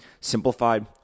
Simplified